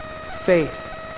Faith